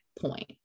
point